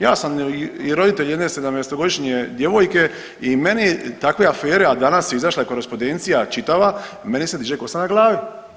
Ja sam i roditelj jedne 17-godišnje djevojke i meni takve afere, a danas je izašla korespondencija čitava, meni se diže kosa na glavi.